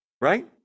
right